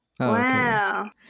Wow